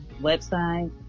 website